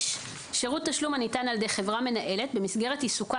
שירות תשלום הניתן על ידי חברה מנהלת במסגרת עיסוקה